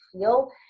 feel